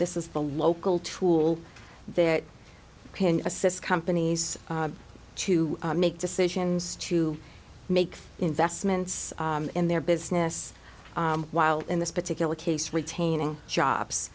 this is the local tool that can assist companies to make decisions to make investments in their business while in this particular case retaining jobs